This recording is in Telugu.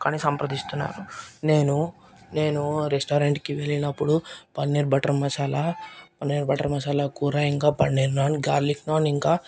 కానీ సంప్రదిస్తున్నారు నేను నేను రెస్టారెంట్కి వెళ్ళినప్పుడు పన్నీర్ బటర్ మసాలా పన్నీర్ బటర్ మసాలా కూర ఇంకా పన్నీర్ నాన్ గార్లిక్ నాన్ ఇంకా